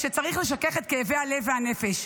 כשצריך לשכך את כאבי הלב והנפש.